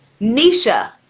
Nisha